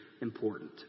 important